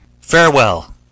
Farewell